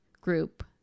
group